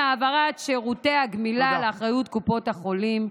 העברת שירותי הגמילה לאחריות קופות החולים),